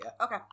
Okay